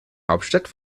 hauptstadt